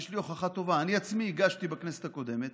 יש לי הוכחה טובה: אני עצמי הגשתי בכנסת הקודמת